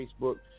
Facebook